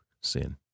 sin